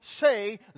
say